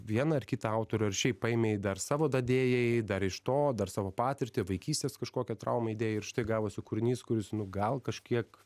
vieną ar kitą autorių ar šiaip paėmei dar savo dadėjai dar iš to dar savo patirtį vaikystės kažkokią traumą įdėjai ir štai gavosi kūrinys kuris nu gal kažkiek